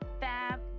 fab